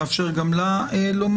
נאפשר גם לה לומר.